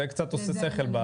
זה קצת עושה שכל.